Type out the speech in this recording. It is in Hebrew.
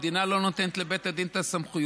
המדינה לא נותנת לבית הדין את הסמכויות,